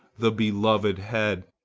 the beloved head,